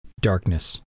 Darkness